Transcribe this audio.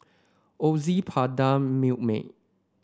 Ozi Prada Milkmaid